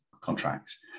contracts